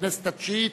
הכנסת התשיעית,